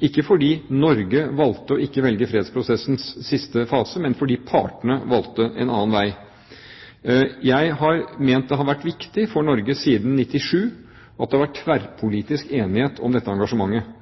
ikke fordi Norge valgte ikke å velge fredsprosessens siste fase, men fordi partene valgte en annen vei. Jeg har ment at det har vært viktig for Norge siden 1997 at det har vært tverrpolitisk enighet om dette engasjementet.